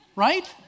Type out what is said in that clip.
right